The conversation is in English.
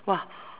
!wah!